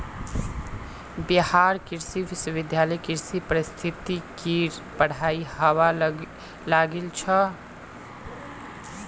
बिहार कृषि विश्वविद्यालयत कृषि पारिस्थितिकीर पढ़ाई हबा लागिल छ